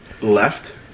left